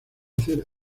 hacer